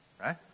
Right